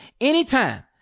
anytime